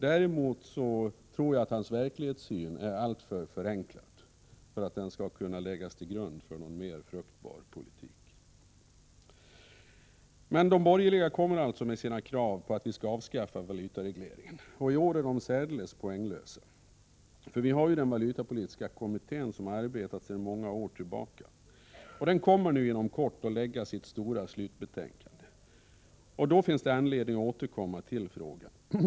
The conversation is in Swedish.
Däremot tror jag att hans verklighetssyn är alltför förenklad för att den skall kunna läggas till grund för någon mer fruktbar politik. De borgerliga kommer alltså med sina krav på att vi skall avskaffa valutaregleringen, och i år är de särdeles poänglösa. Den valutapolitiska kommittén har ju arbetat sedan många år, och den kommer inom kort att lägga fram sitt stora slutbetänkande. Då finns det anledning att återkomma till frågan.